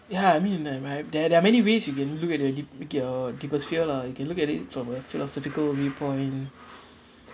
ya I mean man where I there there are many ways you can look at your deep~ look at your deepest fear lah you can look at it from a philosophical view point